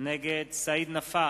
נגד סעיד נפאע,